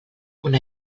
una